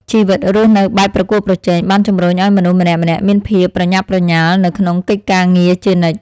ជីវិតរស់នៅបែបប្រកួតប្រជែងបានជម្រុញឱ្យមនុស្សម្នាក់ៗមានភាពប្រញាប់ប្រញាល់នៅក្នុងកិច្ចការងារជានិច្ច។